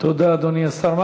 תודה, אדוני השר.